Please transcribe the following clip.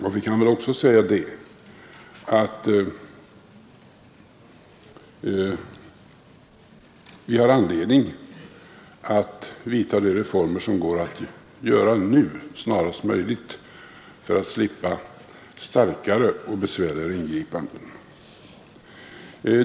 Det kan väl också sägas att vi har anledning att snarast möjligt genomföra de reformer som går att göra nu, för att slippa starkare och besvärligare ingripanden.